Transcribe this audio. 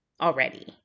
already